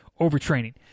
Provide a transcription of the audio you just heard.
overtraining